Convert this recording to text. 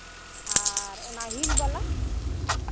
ᱟᱨ ᱚᱱᱟ ᱦᱤᱞ ᱵᱟᱞᱟ